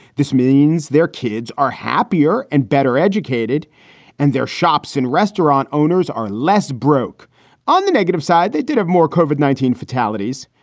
this means their kids are happier and better educated and their shops and restaurant owners are less broke on the negative side. they did have more covered, nineteen fatalities.